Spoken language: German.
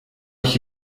ich